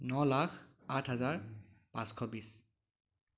ন লাখ আঠ হাজাৰ পাঁচশ বিশ